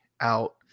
out